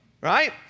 right